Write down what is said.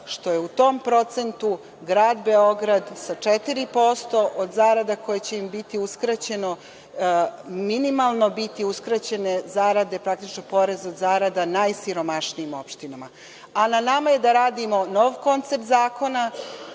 što je u tom procentu grad Beograd sa 4% od zarada koje će im biti uskraćene, minimalno biti uskraćene zarade, praktično porez od zarada najsiromašnijim opštinama. Na nama je da radimo nov koncept zakona.